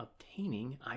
obtaining